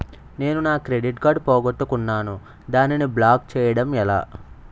నేను నా credit card పోగొట్టుకున్నాను దానిని బ్లాక్ చేయడం ఎలా?